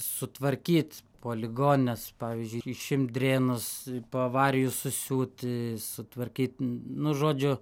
sutvarkyt po ligonines pavyzdžiui išimt drėnus po avarijų susiūti sutvarkyt nu žodžiu